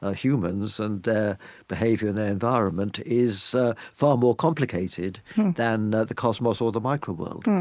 ah humans and their behavior and their environment is far more complicated than the cosmos or the micro world.